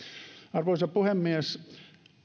arvoisa puhemies